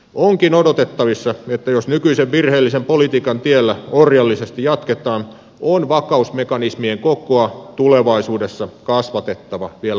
onkin odotettavissa että jos nykyisen virheellisen politiikan tiellä orjallisesti jatketaan on vakausmekanismien kokoa tulevaisuudessa kasvatettava vielä moninkertaiseksi